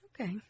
Okay